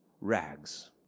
rags